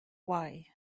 wii